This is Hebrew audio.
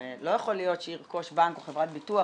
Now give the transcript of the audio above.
הרי לא יכול להיות שירכוש בנק או חברת ביטוח